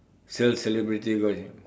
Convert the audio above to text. sell celebrity gossip